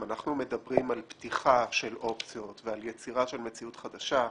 אם אנחנו מדברים על פתיחה של אופציות ועל יצירה של מציאות חדשה,